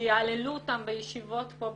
שיהללו אותם בישיבות פה בכנסת,